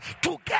together